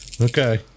Okay